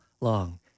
Long